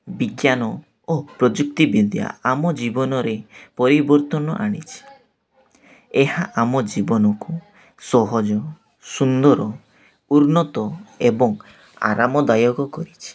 ବିଜ୍ଞାନ ଓ ପ୍ରଯୁକ୍ତିିବିଦ୍ୟା ଆମ ଜୀବନରେ ପରିବର୍ତ୍ତନ ଆଣିଛି ଏହା ଆମ ଜୀବନକୁ ସହଜ ସୁନ୍ଦର ଉନ୍ନତ ଏବଂ ଆରାମଦାୟକ କରିଛି